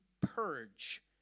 purge